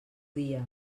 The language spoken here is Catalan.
dia